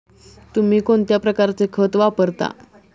तुम्ही कोणत्या प्रकारचे खत वापरता?